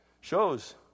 shows